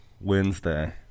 Wednesday